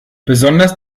besonders